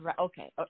okay